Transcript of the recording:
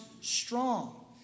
strong